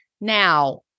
Now